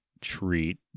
treat